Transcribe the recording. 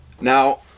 now